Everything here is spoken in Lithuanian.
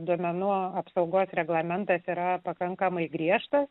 duomenų apsaugos reglamentas yra pakankamai griežtas